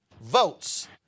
votes